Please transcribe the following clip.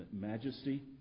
majesty